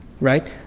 right